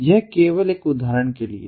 यह केवल एक उदाहरण के लिए है